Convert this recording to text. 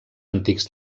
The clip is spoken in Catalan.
antics